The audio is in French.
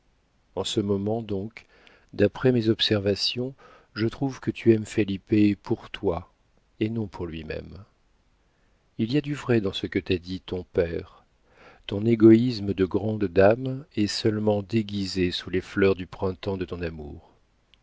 en ce moment donc d'après mes observations je trouve que tu aimes felipe pour toi et non pour lui-même il y a du vrai dans ce que t'a dit ton père ton égoïsme de grande dame est seulement déguisé sous les fleurs du printemps de ton amour